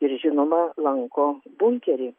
ir žinoma lanko bunkerį